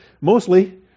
Mostly